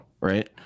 right